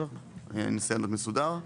אני אנסה לענות מסודר.